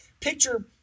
picture